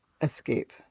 escape